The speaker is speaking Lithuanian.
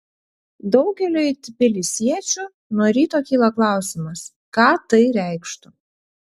daugeliui tbilisiečių nuo ryto kyla klausimas ką tai reikštų